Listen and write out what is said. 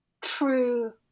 true